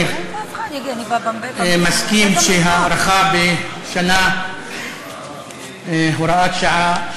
אני מסכים שהארכה בשנה של הוראת שעה